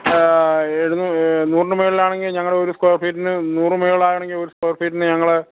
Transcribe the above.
എഴുന്നൂ നൂറിന് മേളിലാണെങ്കിൽ ഞങ്ങൾ ഒരു സ്ക്വയർ ഫീറ്റിന് നൂറിന് മേളിലാണെങ്കിൽ ഒരു സ്ക്വയർ ഫീറ്റിന് ഞങ്ങൾ